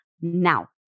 now